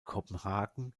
kopenhagen